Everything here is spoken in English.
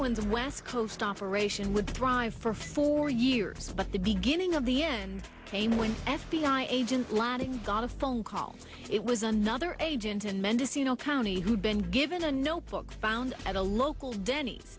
when the west coast operation would thrive for four years but the beginning of the end came when f b i agent landing got a phone call it was another agent in mendocino county who'd been given a notebook found at a local denny's